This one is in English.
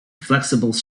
flexible